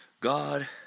God